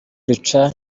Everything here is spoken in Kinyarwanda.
rica